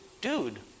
dude